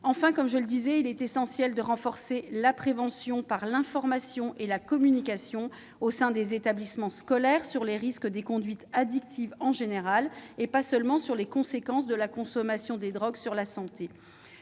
Enfin, je l'ai dit, il est essentiel de renforcer la prévention, par l'information et la communication, au sein des établissements scolaires, sur les risques des conduites addictives en général et pas seulement sur les conséquences de la consommation de drogues sur la santé.